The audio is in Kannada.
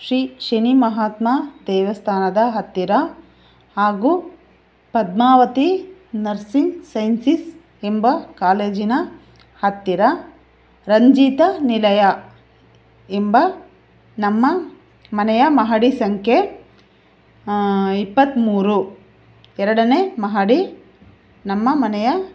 ಶ್ರೀ ಶನಿ ಮಹಾತ್ಮ ದೇವಸ್ಥಾನದ ಹತ್ತಿರ ಹಾಗೂ ಪದ್ಮಾವತಿ ನರ್ಸಿಂಗ್ ಸೈನ್ಸಿಸ್ ಎಂಬ ಕಾಲೇಜಿನ ಹತ್ತಿರ ರಂಜೀತ ನಿಲಯ ಎಂಬ ನಮ್ಮ ಮನೆಯ ಮಹಡಿ ಸಂಖ್ಯೆ ಇಪ್ಪತ್ಮೂರು ಎರಡನೇ ಮಹಡಿ ನಮ್ಮ ಮನೆಯ